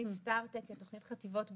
מתוכנית star tech, תוכנית חטיבות הביניים,